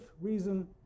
reason